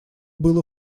было